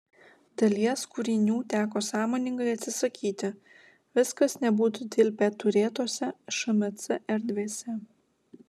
dalies kūrinių teko sąmoningai atsisakyti viskas nebūtų tilpę turėtose šmc erdvėse